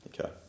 Okay